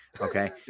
Okay